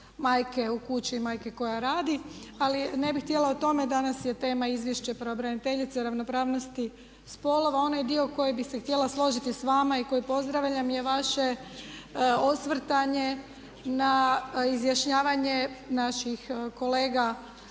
majke u kući i majke koja radi. Ali ne bih htjela o tome. Danas je tema izvješće pravobraniteljice o ravnopravnosti spolova. Onaj dio koji bi se htjela složiti s vama i koji pozdravljam je vaše osvrtanje na izjašnjavanje naših kolega